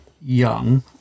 young